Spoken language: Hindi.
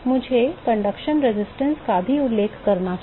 मुझे चालन प्रतिरोध का भी उल्लेख करना चाहिए